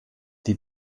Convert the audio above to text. die